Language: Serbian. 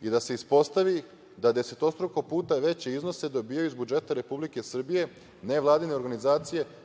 i da se ispostavi da desetostruko puta veće iznose dobijaju iz budžeta Republike Srbije NVO,